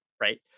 right